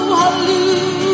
hallelujah